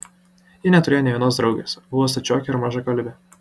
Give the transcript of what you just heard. ji neturėjo nė vienos draugės buvo stačiokė ir mažakalbė